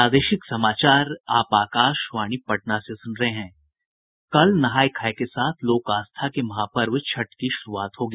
कल नहाय खाय के साथ लोक आस्था के महापर्व छठ की शुरूआत होगी